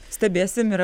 stebėsim ir